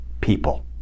people